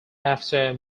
after